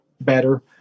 better